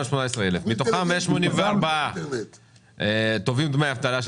מתוכם 184,000 תובעים דמי אבטלה,